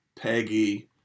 Peggy